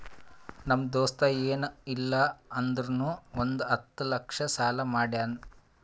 ನಮ್ ದೋಸ್ತ ಎನ್ ಇಲ್ಲ ಅಂದುರ್ನು ಒಂದ್ ಹತ್ತ ಲಕ್ಷ ಸಾಲಾ ಮಾಡ್ಯಾನ್